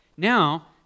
Now